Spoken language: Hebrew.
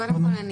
קודם כל,